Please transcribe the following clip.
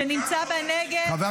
שנמצא בנגב,